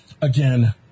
again